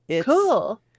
Cool